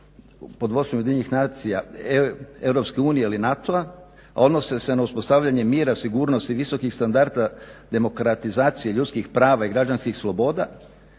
Ujedinjenih nacija, EU ili NATO-a, a odnose se na uspostavljanje mira, sigurnosti, visokih standarda, demokratizacije, ljudskih prava i građanskih sloboda.